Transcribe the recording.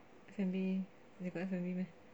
F&B they got F&B meh